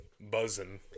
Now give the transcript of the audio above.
buzzing